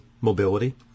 mobility